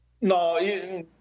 No